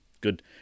good